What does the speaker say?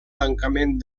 tancament